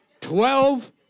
twelve